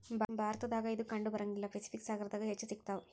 ಭಾರತದಾಗ ಇದು ಕಂಡಬರಂಗಿಲ್ಲಾ ಪೆಸಿಫಿಕ್ ಸಾಗರದಾಗ ಹೆಚ್ಚ ಸಿಗತಾವ